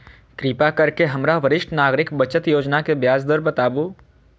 कृपा करके हमरा वरिष्ठ नागरिक बचत योजना के ब्याज दर बताबू